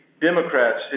Democrats